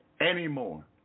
Anymore